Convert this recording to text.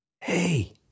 hey